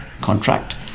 contract